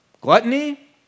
gluttony